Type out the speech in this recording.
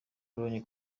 pologne